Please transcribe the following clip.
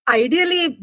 ideally